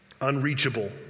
Unreachable